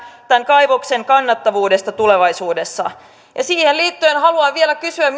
tämän kaivoksen kannattavuudesta tulevaisuudessa siihen liittyen haluan vielä kysyä